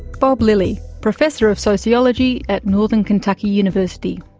bob lilly, professor of sociology at northern kentucky university,